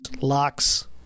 locks